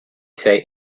say